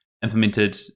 implemented